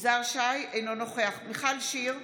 אינו נוכח מיכל שיר סגמן,